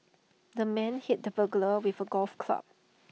the man hit the burglar with A golf club